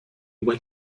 went